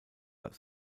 als